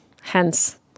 Hence